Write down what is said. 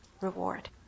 reward